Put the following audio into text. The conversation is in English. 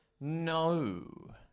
No